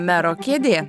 mero kėdė